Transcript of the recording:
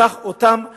כך אותם מסורבים,